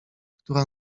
która